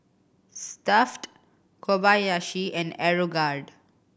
Stuff'd Kobayashi and Aeroguard